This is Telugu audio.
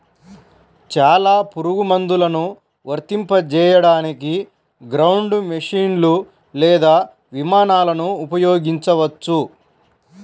చాలా పురుగుమందులను వర్తింపజేయడానికి గ్రౌండ్ మెషీన్లు లేదా విమానాలను ఉపయోగించవచ్చు